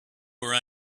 were